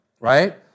right